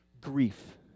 grief